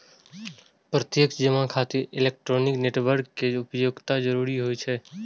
प्रत्यक्ष जमा खातिर इलेक्ट्रॉनिक नेटवर्क के उपयोगक जरूरत होइ छै